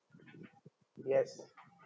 yes